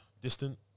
distant